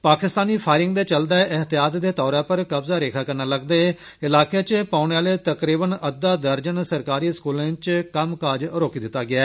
Pakistani firing दे चलदे ऐहतियात दे तौर उप्पर कब्ज़ा रेखा कन्नै लगदे इलाके च पोने आले तकरीबन अद्दा दर्जन सरकारी स्कूलें च कम्मकाज रोकी दिता गेआ